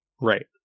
Right